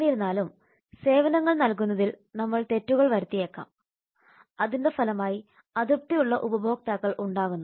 എന്നിരുന്നാലും സേവനങ്ങൾ നൽകുന്നതിൽ നമ്മൾ തെറ്റുകൾ വരുത്തിയേക്കാം അതിന്റെ ഫലമായി അതൃപ്തിയുള്ള ഉപഭോക്താക്കൾ ഉണ്ടാകുന്നു